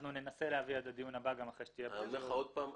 אנחנו ננסה להביא עד לדיון הבא -- אני אומר לך עוד פעם,